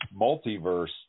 multiverse